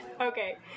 Okay